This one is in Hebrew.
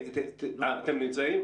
אתם נמצאים.